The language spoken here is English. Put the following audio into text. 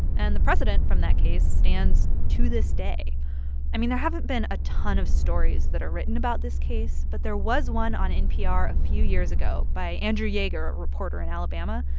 and the precedent from that case stands to this day i mean, there haven't been a ton of stories that are written about this case. but there was one on npr a few years ago by andrew yeager, a reporter in alabama.